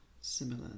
similar